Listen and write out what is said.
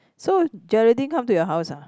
so Geraldine come to your house ah